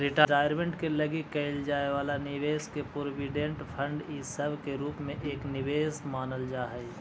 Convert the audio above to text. retirement के लगी कईल जाए वाला निवेश के प्रोविडेंट फंड इ सब के रूप में एक निवेश मानल जा हई